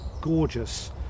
gorgeous